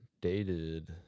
dated